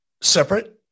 Separate